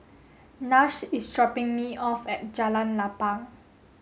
Nash is dropping me off at Jalan Lapang